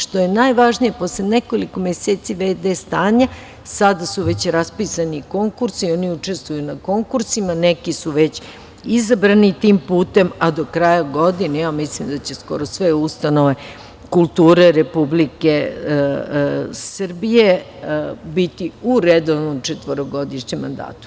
Što je još najvažnije, posle nekoliko meseci v.d. stanja sada su već raspisani konkursi, oni učestvuju na konkursima, neki su već izabrani tim putem, a do kraja godine mislim da će skoro sve ustanove kulture Republike Srbije biti u redovnom četvorogodišnjem mandatu.